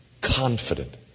confident